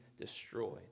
destroyed